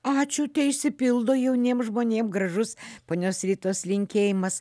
ačiū teišsipildo jauniem žmonėm gražus ponios ritos linkėjimas